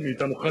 סגן השר,